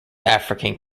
african